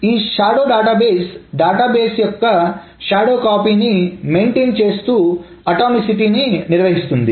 ఈ shadow database database యొక్క shadow కాపీని మెయింటైన్ చేస్తూ అటామిసిటీ నిర్వహిస్తుంది